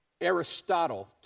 Aristotle